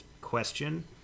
question